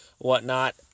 whatnot